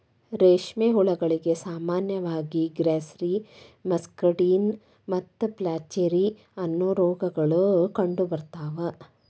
ರೇಷ್ಮೆ ಹುಳಗಳಿಗೆ ಸಾಮಾನ್ಯವಾಗಿ ಗ್ರಾಸ್ಸೆರಿ, ಮಸ್ಕಡಿನ್ ಮತ್ತು ಫ್ಲಾಚೆರಿ, ಅನ್ನೋ ರೋಗಗಳು ಕಂಡುಬರ್ತಾವ